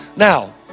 Now